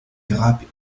grappes